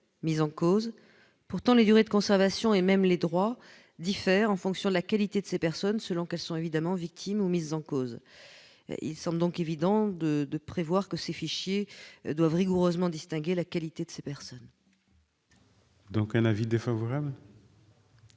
mis en cause. Pourtant, les durées de conservation et même les droits diffèrent en fonction de la qualité de ces personnes, selon qu'elles sont victimes ou mises en cause. Il semble donc évident de prévoir que ces fichiers doivent rigoureusement distinguer la qualité de ces personnes. En conséquence,